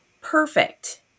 perfect